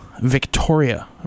victoria